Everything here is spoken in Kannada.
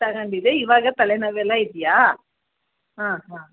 ತಗೊಂಡಿದ್ದೆ ಈವಾಗ ತಲೆನೋವೆಲ್ಲ ಇದೆಯಾ ಹಾಂ ಹಾಂ